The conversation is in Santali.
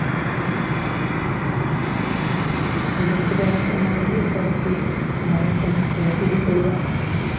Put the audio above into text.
ᱛᱚ ᱡᱟᱹᱯᱩᱫᱟᱭ ᱛᱚ ᱚᱱᱟ ᱞᱟᱹᱜᱤᱫ ᱦᱚᱲ ᱠᱚ ᱵᱟᱨᱦᱮ ᱛᱮ ᱢᱚᱡᱽ ᱛᱮ ᱵᱟᱠᱚ ᱩᱰᱩᱠ ᱫᱟᱲᱭᱟᱜᱼᱟ